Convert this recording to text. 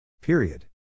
Period